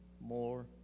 more